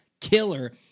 killer